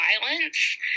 violence